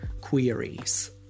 queries